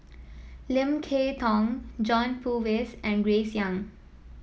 Lim Kay Tong John Purvis and Grace Young